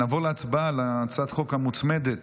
נעבור להצבעה על הצעת החוק המוצמדת,